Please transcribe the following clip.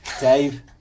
Dave